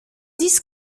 this